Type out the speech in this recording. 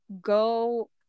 go